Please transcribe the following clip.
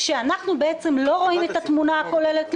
כשאנחנו בעצם לא רואים את התמונה הכוללת.